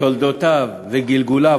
תולדותיו וגלגוליו,